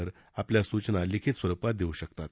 वर आपल्या सूचना लिखित स्वरुपात देऊ शकतात